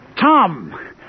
Tom